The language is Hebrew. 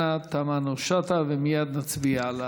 ואחריה, פנינה תמנו-שטה, ומייד נצביע.